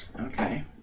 Okay